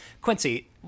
Quincy